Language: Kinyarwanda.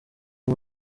iyo